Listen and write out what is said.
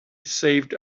saved